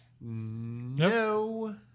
No